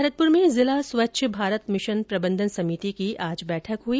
भरतपुर में जिला स्वच्छ भारत मिशन प्रबंधन समिति की आज बैठक हुई